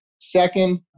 Second